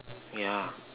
yeah